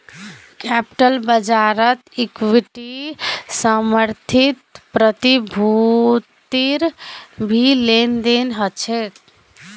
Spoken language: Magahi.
कैप्टल बाज़ारत इक्विटी समर्थित प्रतिभूतिर भी लेन देन ह छे